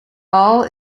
all